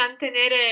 mantenere